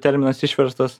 terminas išverstas